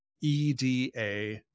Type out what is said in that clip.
EDA